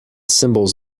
symbols